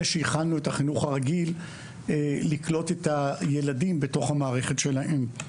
שהחלנו את החינוך הרגיל לקלוט את הילדים בתוך המערכת שלהם.